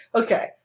okay